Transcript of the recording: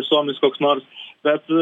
suomis koks nors bet